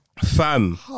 Fam